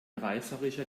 reißerischer